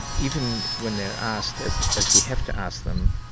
even when they're asked, as as we have to ask them,